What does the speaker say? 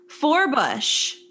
Forbush